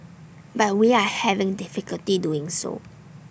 but we are having difficulty doing so